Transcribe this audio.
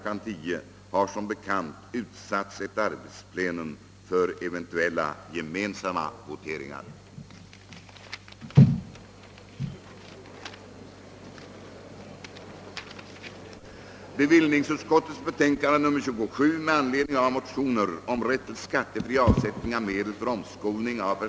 10.00 har som bekant utsatts ett arbetsplenum för eventuella gemensamma voteringar.